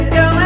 go